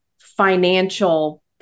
financial